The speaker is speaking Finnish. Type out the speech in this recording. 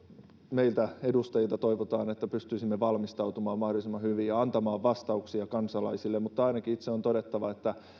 meiltä edustajilta toivotaan että pystyisimme valmistautumaan mahdollisimman hyvin ja antamaan vastauksia kansalaisille mutta ainakin itse on todettava että